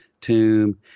tomb